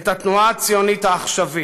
את התנועה הציונית העכשווית.